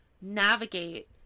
navigate